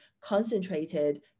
concentrated